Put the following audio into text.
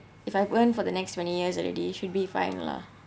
if I've earned for the next twenty years already should be fine lah